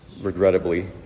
regrettably